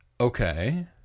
okay